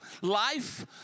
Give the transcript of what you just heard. life